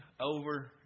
over